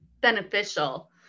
beneficial